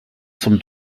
zum